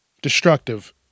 destructive